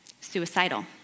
suicidal